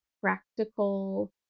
practical